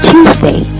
Tuesday